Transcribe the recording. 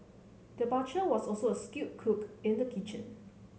the butcher was also a skilled cook in the kitchen